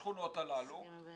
בשכונות הללו -- במקום לסלק אותם.